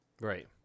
Right